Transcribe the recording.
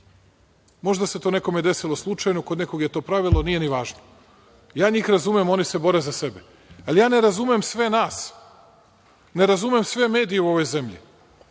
Možda se to nekome desilo slučajno, kod nekog je to pravilo, a nije ni važno. Ja njih razumem, oni se bore za sebe. Ali, ja ne razumem sve nas, ne razumem sve medije u ovoj zemlji